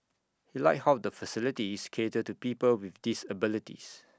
he liked how the facilities cater to people with disabilities